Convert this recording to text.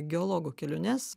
geologo keliones